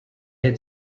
had